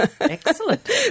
Excellent